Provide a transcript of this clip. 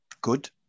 good